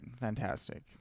Fantastic